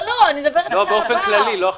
באופן כללי, לא עכשיו.